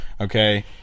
Okay